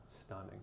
stunning